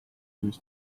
ühes